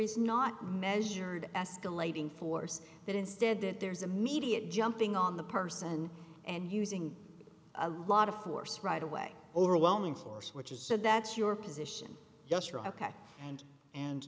is not measured escalating force that instead that there's immediate jumping on the person and using a lot of force right away overwhelming force which is so that's your position